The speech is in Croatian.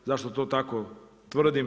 Zašto to tako tvrdim?